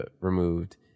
removed